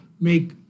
make